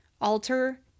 alter